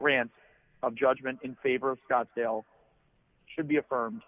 grants judgement in favor of scottsdale should be affirm